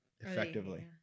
effectively